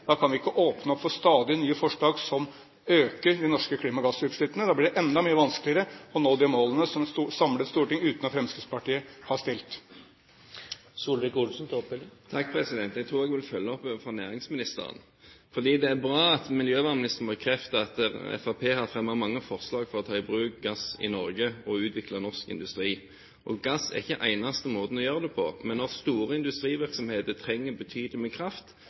Da kan vi ikke åpne opp for stadig nye forslag som øker de norske klimagassutslippene. Da blir det enda vanskeligere å nå de målene som et samlet storting, utenom Fremskrittspartiet, har stilt. Jeg tror jeg vil følge opp overfor næringsministeren, fordi det er bra at miljøvernministeren bekrefter at Fremskrittspartiet har fremmet mange forslag for å ta i bruk gass i Norge og utvikle norsk industri. Gass er ikke den eneste måten å gjøre det på. Men når store industrivirksomheter trenger betydelig med kraft,